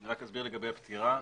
אני אסביר לגבי הפטירה.